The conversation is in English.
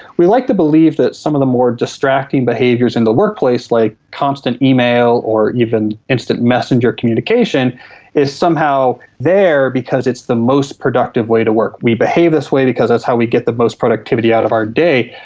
we like to believe that some of the more distracting behaviours in the workplace, like constant email or even instant messenger communication is somehow there because it's the most productive way to work. we behave this way because that's how we get the most productivity out of our day.